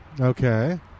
Okay